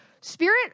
spirit